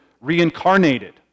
reincarnated